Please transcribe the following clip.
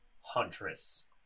huntress